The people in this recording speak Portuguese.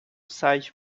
site